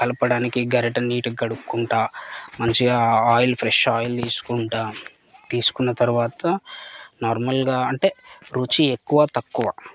కలపడానికి గరిట నీటుగా కడుక్కుంటాను మంచిగా ఆయిల్ ఫ్రెష్ ఆయిల్ తీసుకుంటాను తీసుకున్న తర్వాత నార్మల్గా అంటే రుచి ఎక్కువ తక్కువ